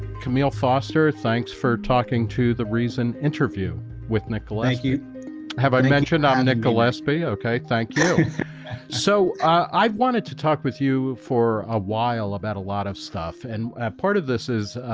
camille foster, thanks for talking to the reason interview with nicholas. thank you have i mentioned i'm nick gillespie. okay. thank you so i wanted to talk with you for a while about a lot of stuff and part of this is